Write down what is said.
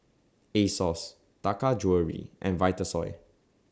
Asos Taka Jewelry and Vitasoy